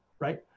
right